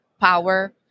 power